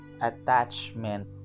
attachment